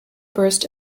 burst